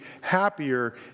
happier